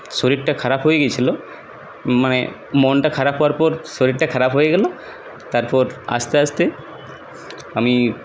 শরীরটা খারাপ হয়ে গিয়েছিলো মানে মনটা খারাপ হওয়ার পর শরীরটা খারাপ হয়ে গেলো তারপর আস্তে আস্তে আমি